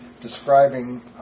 describing